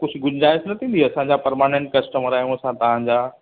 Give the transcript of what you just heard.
कुझु गुंजाइश न थींदी असां छा परमनंट कस्टमर आहियूं असां तव्हांजा